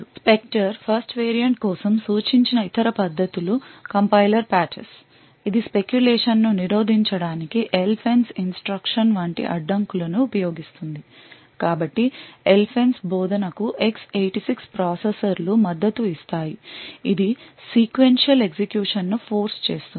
Spectre first variant కోసం సూచించిన ఇతర పద్ధతులు కంపైలర్ పాచెస్ ఇది speculation ను నిరోధించడానికి LFENCE ఇన్స్ట్రక్షన్ వంటి అడ్డంకులను ఉపయోగిస్తుంది కాబట్టి LFENCE బోధనకు X86 ప్రాసెసర్లు మద్దతు ఇస్తాయి ఇది సీక్వెన్షియల్ ఎగ్జిక్యూషన్ ను ఫోర్స్ చేస్తుంది